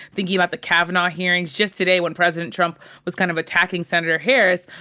thinking about the kavanaugh hearings. just today, when president trump was kind of attacking senator harris,